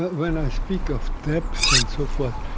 but when i speak of depth and so forth,